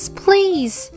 please